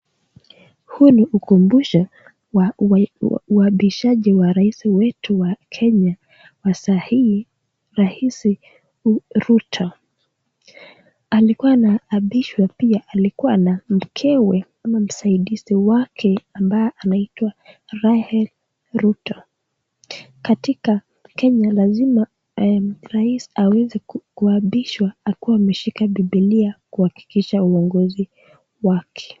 Huu ni ukumbusho wa uapishaji wa rais wetu wa Kenya wa saa hii rais Rutto alikuwa anaapishwa pia alikuwa na mkewe msaidizi wake ambaye anaitwa Rael Rutto, katika Kenya lazima rais aweze kuabishwa akiwa ameshika bibilia kuhakikisha uongozi wake.